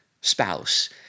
spouse